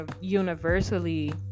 universally